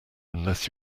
unless